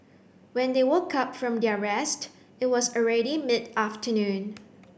when they woke up from their rest it was already mid afternoon